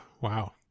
wow